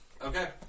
Okay